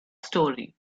story